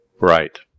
Right